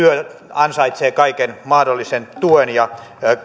ansaitsee kaiken mahdollisen tuen ja